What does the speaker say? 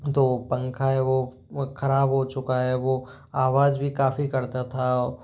तो वह पंखा है वह वह ख़राब हो चुका है वह आवाज़ भी काफ़ी करता था